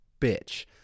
Bitch